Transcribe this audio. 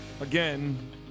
again